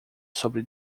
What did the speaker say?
sobre